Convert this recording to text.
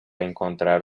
encontrar